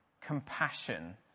compassion